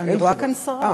אני רואה כאן שרה.